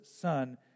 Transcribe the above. Son